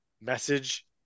Message